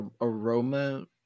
aroma